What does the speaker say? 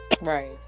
Right